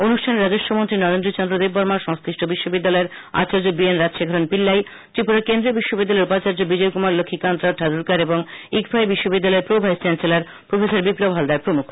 অনুষ্ঠানে রাজস্ব মন্ত্রী নরেন্দ্র চন্দ্র দেববর্মা সংশ্লিষ্ট বিশ্ববিদ্যালয়ের আচার্য বি এন রাজশেখরন পিল্লাই ত্রিপুরা কেন্দ্রীয় বিশ্ববিদ্যালয়ের উপাচার্য বিজয় কুমার লক্ষ্মীকান্তরাও ধারুরকার এবং ইকফাই বিশ্ববিদ্যালয়ের pro vice chancellor professor Biplab Haldar প্রমুখ